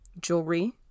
jewelry